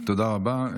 תודה רבה.